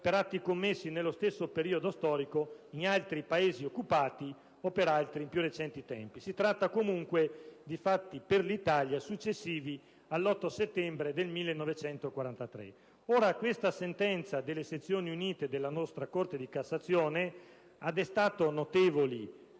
per atti commessi nello stesso periodo storico in altri Paesi occupati o per altri tempi più recenti. Si tratta comunque di fatti che riguardano l'Italia successivi all'8 settembre 1943. Questa sentenza delle sezioni unite della Corte di cassazione italiana ha suscitato notevoli